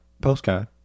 Postcard